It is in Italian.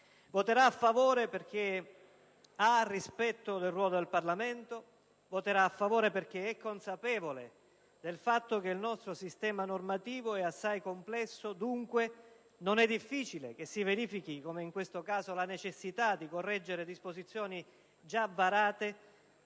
Voterà a favore, perché ha rispetto del ruolo del Parlamento; voterà a favore, perché è consapevole del fatto che il nostro sistema normativo è assai complesso e, dunque, non è difficile che si verifichi, come in questo caso, la necessità di correggere disposizioni già varate,